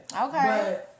Okay